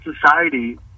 society